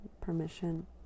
permission